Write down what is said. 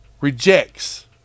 rejects